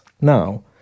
now